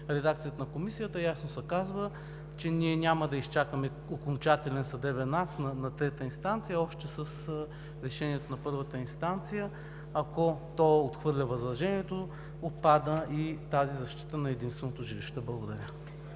редакцията на Комисията ясно се казва, че ние няма да изчакаме окончателен съдебен акт на трета инстанция още с решението на първата инстанция. Ако тя отхвърля възражението, отпада и тази защита на единственото жилище. Благодаря.